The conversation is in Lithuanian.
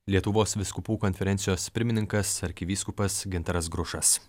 lietuvos vyskupų konferencijos pirmininkas arkivyskupas gintaras grušas